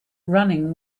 running